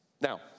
Now